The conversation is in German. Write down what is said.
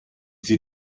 sie